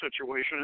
situation